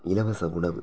இலவச உணவு